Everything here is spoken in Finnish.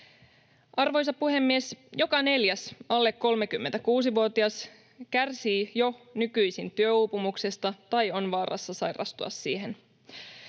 Arvoisa puhemies! Joka neljäs alle 36-vuotias kärsii jo nykyisin työuupumuksesta tai on vaarassa sairastua siihen.